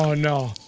ah no,